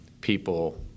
people